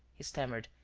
he stammered,